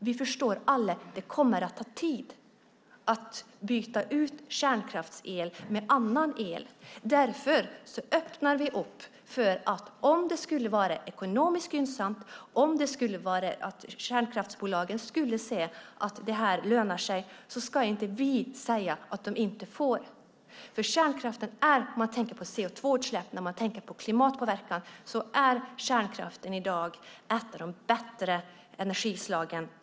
Vi förstår alla att det kommer att ta tid att byta ut kärnkraftsel mot annan el. Därför öppnar vi för att om det skulle vara ekonomiskt gynnsamt, om kärnkraftsbolagen kan se att det lönar sig, ska inte vi säga att de inte får. När man tänker på CO2-utsläpp och klimatpåverkan är kärnkraften ett av de bättre energislagen.